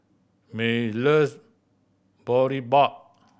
May loves Boribap